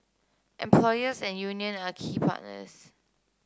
employers and union are key partners